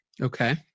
Okay